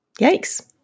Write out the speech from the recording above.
yikes